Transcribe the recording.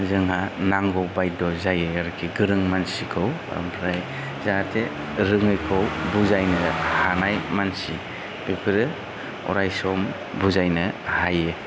जोंहा नांगौ बायद' जायो आरोखि बिदि गोरों मानसिखौ आमफ्राय जाहाथे रोङैखौ बुजायनो हानाय मानसि बेफोरो अरायसम बुजायनो हायो